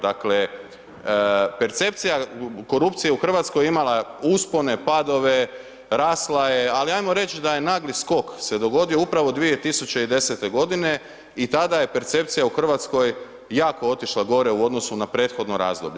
Dakle percepcija korupcije u Hrvatskoj je imala uspone, padove, rasla je, ali ajmo reći da je nagli skok se dogodio upravo 2010. g. i tada je percepcija u Hrvatskoj jako otišla gore u odnosu na prethodno razdoblje.